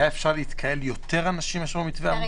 כבודו,